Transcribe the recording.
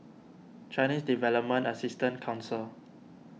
Chinese Development Assistance Council